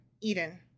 eden